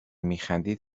میخندید